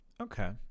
okay